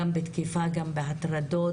גם בתקיפה, גם בהטרדות.